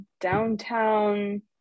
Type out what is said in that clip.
downtown